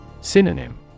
Synonym